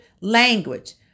language